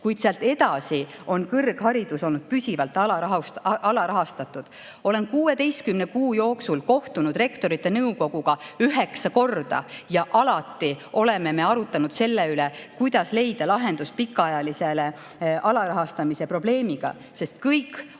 kuid sealt edasi on kõrgharidus olnud püsivalt alarahastatud. Olen 16 kuu jooksul kohtunud Rektorite Nõukoguga üheksa korda ja alati oleme me arutanud selle üle, kuidas leida lahendus pikaajalisele alarahastamise probleemile, sest kõik on